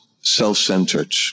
self-centered